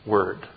Word